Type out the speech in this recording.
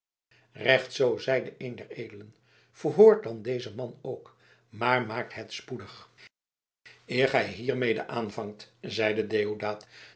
recht zoo zeide een der edelen verhoort dan dezen man ook maar maakt het spoedig eer gij hiermede aanvangt zeide deodaat